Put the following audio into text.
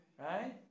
right